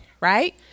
right